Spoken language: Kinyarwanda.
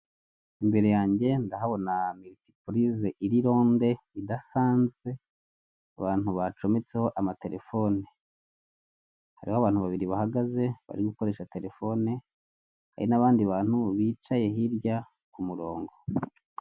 Imbere yanjye ndahabona militipurize iri ronde idasanzwe, abantu bacometseho amatelefone, hariho abantu babiri bahagaze bari gukoresha telefone, hari n'abandi bantu bicaye hirya ku murongo.